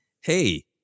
hey